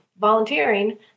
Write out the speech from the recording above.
volunteering